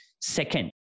Second